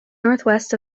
northwest